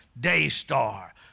Daystar